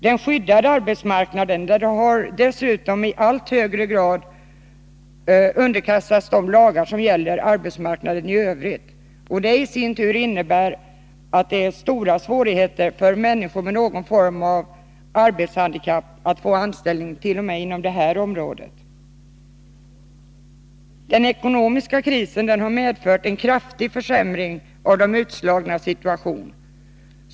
Den skyddade arbetsmarknaden har dessutom i allt högre grad underkastats de lagar som gäller arbetsmarknaden i övrigt, och det har i sin tur medfört stora svårigheter för människor med någon form av arbetshandikapp att få anställning ens inom detta område. Den ekonomiska krisen har medfört en kraftig försämring av de utslagnas situation.